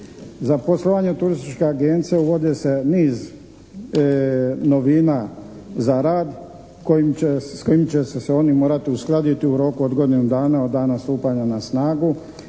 Za poslovanje turističke agencije uvode se niz novina za rad s kojim će se oni morati uskladiti u roku od godine dana od dana stupanja na snagu.